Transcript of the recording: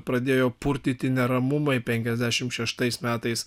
pradėjo purtyti neramumai penkiasdešimt šeštais metais